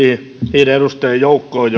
niiden edustajien joukkoon